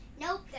Nope